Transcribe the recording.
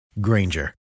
Granger